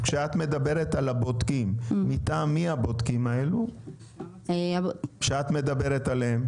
כשאת מדברת על הבודקים מטעם מי הבודקים האלו שאת מדברת עליהם?